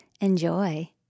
Enjoy